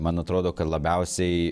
man atrodo kad labiausiai